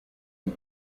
and